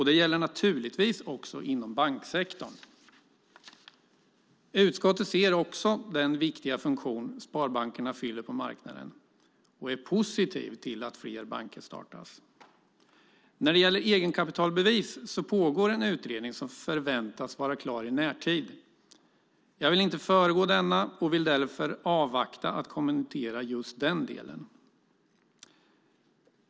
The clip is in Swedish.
Det gäller naturligtvis också inom banksektorn. Utskottet ser den viktiga funktion sparbankerna fyller på marknaden och är positivt till att fler banker startas. När det gäller egenkapitalbevis pågår en utredning som förväntas vara klar i närtid. Jag vill inte föregå denna och vill därför avvakta att kommentera just den delen.